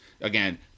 again